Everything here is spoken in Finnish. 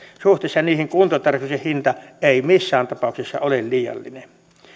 suhteessa niihin kuntotarkastuksen hinta ei missään tapauksessa ole liiallinen